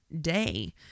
day